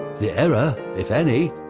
the error, if any,